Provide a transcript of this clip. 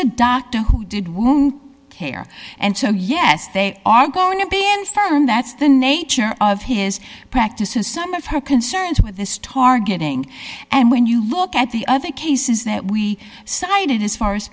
a doctor who did wound care and so yes they are going to be in stern that's the nature of his practice and some of her concerns with this targeting and when you look at the other cases that we cited as far as